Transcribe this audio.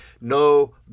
no